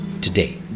today